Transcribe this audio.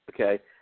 okay